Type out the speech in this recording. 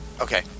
Okay